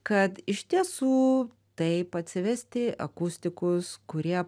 kad iš tiesų taip atsivesti akustikus kurie